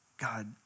God